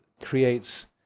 creates